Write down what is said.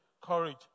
courage